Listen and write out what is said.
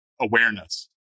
awareness